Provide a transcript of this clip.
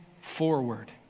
forward